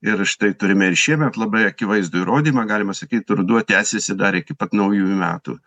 ir štai turime ir šiemet labai akivaizdų įrodymą galima sakyt ruduo tęsėsi dar iki pat naujųjų metų